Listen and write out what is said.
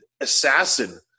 assassin